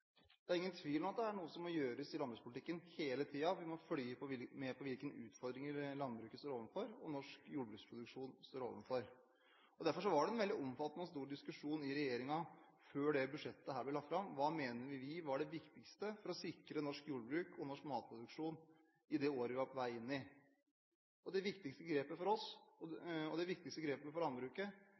Det er ingen tvil om at det er noe som må gjøres i landbrukspolitikken hele tiden. Vi må følge med på hvilke utfordringer landbruket og norsk jordbruksproduksjon står overfor. Derfor var det en veldig omfattende og stor diskusjon i regjeringen før dette budsjettet ble lagt fram: Hva mente vi var det viktigste for å sikre norsk jordbruk og norsk matproduksjon i det året vi var på vei inn i? Det viktigste grepet for oss, og det viktigste grepet for landbruket,